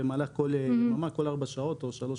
במהלך כל יממה בכל ארבע שעות או שלוש,